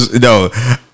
no